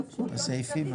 יהפכו להיות יקרים.